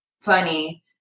funny